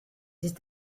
ist